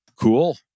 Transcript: Cool